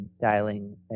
dialing